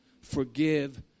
forgive